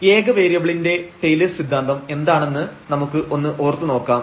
ഏക വേരിയബിളിന്റെ ടെയ്ലെഴ്സ് സിദ്ധാന്തം Taylor's Theorem എന്താണെന്ന് നമുക്ക് ഒന്ന് ഓർത്ത് നോക്കാം